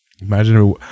imagine